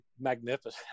magnificent